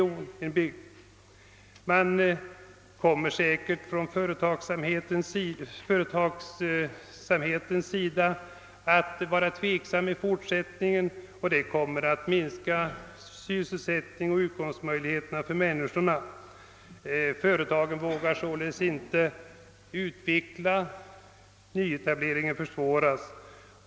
På företagarhåll kommer man säkert i fortsättningen att vara tveksam, och detta minskar sysselsättningsoch utkomstmöjligheterna för människorna. Företagen vågar inte utveckla, och nyetableringen försvåras.